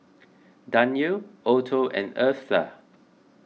Danyelle Otho and Eartha